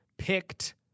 Picked